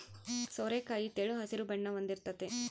ಸೋರೆಕಾಯಿ ತೆಳು ಹಸಿರು ಬಣ್ಣ ಹೊಂದಿರ್ತತೆ